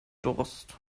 durst